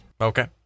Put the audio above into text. Okay